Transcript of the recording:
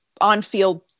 on-field